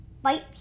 white